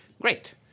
Great